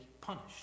punished